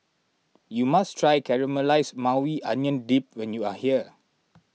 you must try Caramelized Maui Onion Dip when you are here